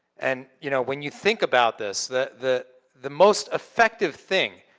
and you know when you think about this, the the the most effective thing,